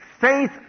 Faith